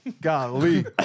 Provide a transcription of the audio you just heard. golly